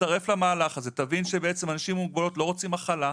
ותצטרף למהלך הזה ותבין שבעצם אנשים עם מוגבלות לא רוצים הכלה,